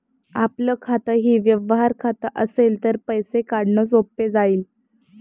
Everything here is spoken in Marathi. आपलं खातंही व्यवहार खातं असेल तर पैसे काढणं सोपं जाईल